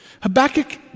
Habakkuk